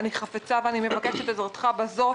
אני חפצה ואני מבקשת את עזרתך בזאת,